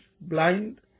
blind